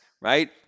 right